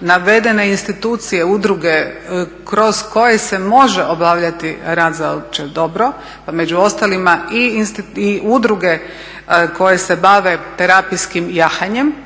navedene institucije, udruge kroz koje se može obavljati rad za opće dobro pa među ostalima i udruge koje se bave terapijskim jahanjem,